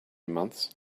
months